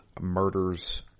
murders